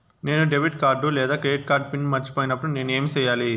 నేను debit card లేదా credit card PIN మర్చిపోయినప్పుడు నేను ఏమి సెయ్యాలి?